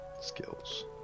Skills